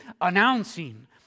announcing